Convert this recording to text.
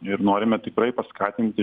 ir norime tikrai paskatinti